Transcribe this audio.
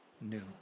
new